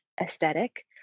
aesthetic